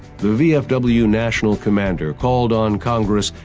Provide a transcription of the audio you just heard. the vfw national commander called on congress,